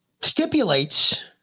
stipulates